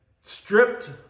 Stripped